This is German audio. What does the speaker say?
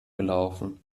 gelaufen